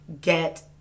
get